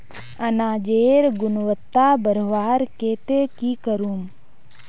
अनाजेर गुणवत्ता बढ़वार केते की करूम?